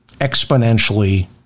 exponentially